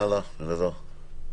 הלאה, אלעזר.